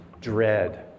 dread